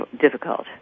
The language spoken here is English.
difficult